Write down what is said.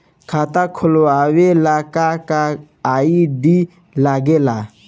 खाता खोलवावे ला का का आई.डी लागेला?